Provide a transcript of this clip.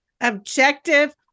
objective